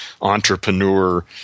entrepreneur